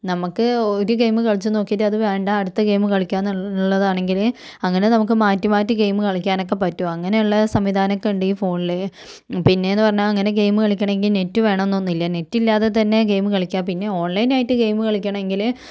നമുക്ക് ഒരു ഗെയിംമ് കളിച്ച് നോക്കീട്ടത് വേണ്ട അടുത്ത ഗെയിംമ് കളിക്കാന്നൊള്ളതാണെങ്കില് അങ്ങനെ നമുക്ക് മാറ്റി മാറ്റി ഗെയിംമ് കളിക്കാനക്കെ പറ്റും അങ്ങനെള്ള സംവിധാനക്കെണ്ട് ഈ ഫോണില് പിന്നേന്ന് പറഞ്ഞാൽ അങ്ങനെ ഗെയിംമ് കളിക്കണമെങ്കിൽ നെറ്റ് വേണമെന്നില്ല നെറ്റില്ലാതെ തന്നെ ഗെയിംമ് കളിക്കാം പിന്നെ ഓൺലൈൻ ആയിട്ട് ഗെയിംമ് കളിക്കണങ്കില്